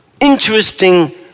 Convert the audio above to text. Interesting